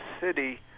city